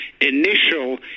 initial